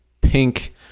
pink